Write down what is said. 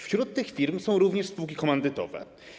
Wśród tych firm są również spółki komandytowe.